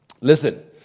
Listen